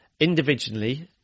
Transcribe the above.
individually